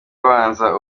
abanza